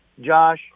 Josh